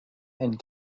and